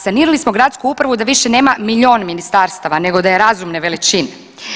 Sanirali smo gradsku upravu da više nema milijun ministarstava, nego da je razumne veličine.